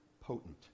potent